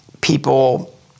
people